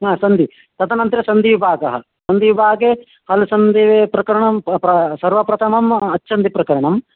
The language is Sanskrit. हा सन्धिः तदनन्तरं सन्धिः भागः सन्धिभागे हल्सन्धिप्रकरणं स प सर्वप्रथमम् अच्सन्धिप्रकरणम्